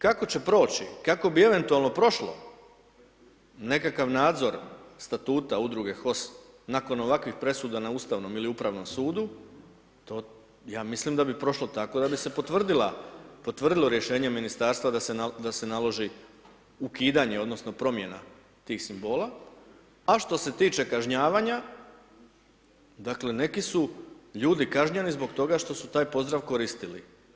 Kako će proći, kako bi eventualno prošlo, nekakav nadzor statuta Udruge HOS, nakon ovakvih presuda na Ustavnom ili Upravnom sudu, to ja mislim, da bi prošlo tako da bi se potvrdilo Rješenje Ministarstva da se naloži ukidanje, odnosno promjena tih simbola, a što se tiče kažnjavanja, dakle neki su ljudi kažnjeni zbog toga što su taj pozdrav koristili.